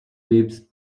leaps